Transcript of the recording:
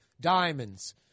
Diamonds